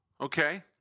okay